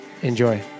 Enjoy